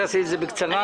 תעשי את זה בקצרה.